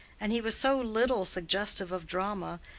and he was so little suggestive of drama,